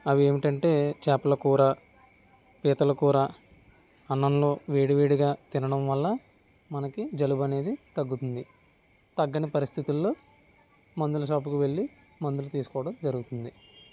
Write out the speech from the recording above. అవి ఏమిటి అంటే చేపల కూర పీతల కూర అన్నంలో వేడివేడిగా తినడం వల్ల మనకి జలుబు అనేది తగ్గుతుంది తగ్గని పరిస్థితుల్లో మందుల షాపుకు వెళ్ళి మందులు తీసుకోవడం జరుగుతుంది